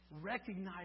Recognize